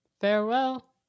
farewell